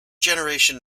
generation